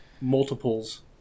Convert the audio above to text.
multiples